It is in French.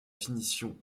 finition